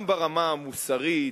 גם ברמה המוסרית,